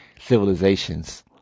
civilizations